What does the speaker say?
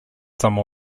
some